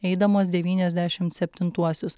eidamas devyniasdešim septintuosius